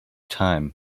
time